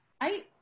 I-